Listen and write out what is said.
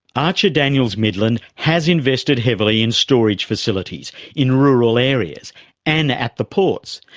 archer daniels midland has invested heavily in storage facilities in rural areas and at the ports.